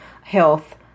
health